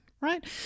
Right